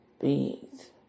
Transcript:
beings